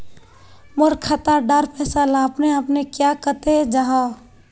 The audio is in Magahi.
मोर खाता डार पैसा ला अपने अपने क्याँ कते जहा?